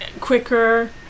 quicker